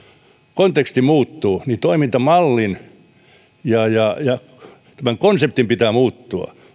konteksti muuttuu niin toimintamallin ja ja tämän konseptin pitää muuttua